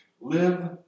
Live